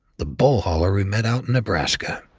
the bull hauler we met out in nebraska.